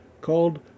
called